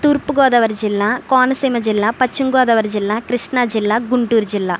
తూర్పుగోదావరి జిల్లా కోనసీమ జిల్లా పశ్చిమ గోదావరి జిల్లా కృష్ణా జిల్లా గుంటూరు జిల్లా